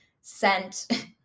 sent